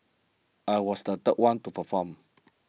I was the third one to perform